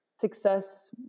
success